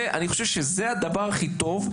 זה הכי טוב.